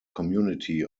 community